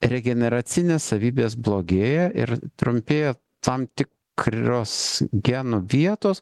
regeneracinės savybės blogėja ir trumpėja tam tikros genų vietos